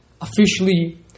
officially